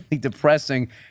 depressing